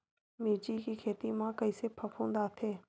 मिर्च के खेती म कइसे फफूंद आथे?